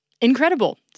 incredible